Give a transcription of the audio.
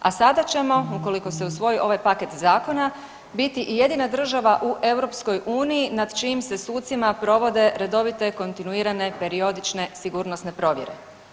A sada ćemo ukoliko se usvoji ovaj paket zakona biti i jedina država u EU nad čijim se sucima provode redovite, kontinuirane, periodične, sigurnosne provjere.